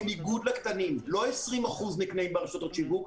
בניגוד לקטנים לא 20% נקנים ברשתות השיווק,